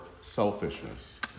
selfishness